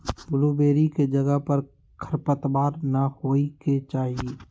blueberry के जगह पर खरपतवार न होए के चाहि